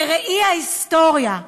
בראי ההיסטוריה,